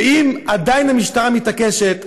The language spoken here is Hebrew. ואם עדיין המשטרה מתעקשת,